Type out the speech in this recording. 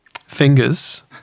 Fingers